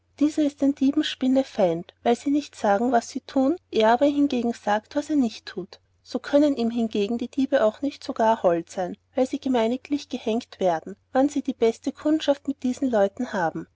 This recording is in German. dieser ist den dieben spinnenfeind weil sie nicht sagen was sie tun er aber hingegen saget was er nicht tut so können ihm hingegen die diebe auch nicht so gar hold sein weil sie gemeiniglich gehenkt werden wann sie die beste kundschaft mit diesen leuten haben